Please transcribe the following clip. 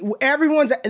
everyone's